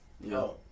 No